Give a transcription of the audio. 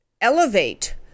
elevate